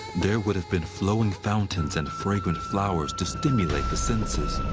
there would have been flowing fountains and fragrant flowers to stimulate the senses.